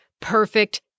perfect